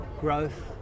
growth